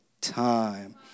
time